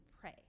pray